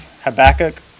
Habakkuk